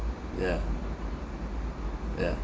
yeah yeah